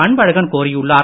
அன்பழகன் கோரியுள்ளார்